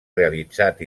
realitzat